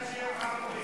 בתנאי שהם ערבים.